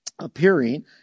appearing